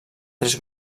tres